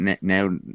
now